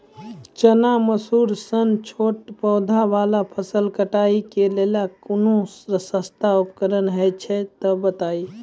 चना, मसूर सन छोट पौधा वाला फसल कटाई के लेल कूनू सस्ता उपकरण हे छै तऽ बताऊ?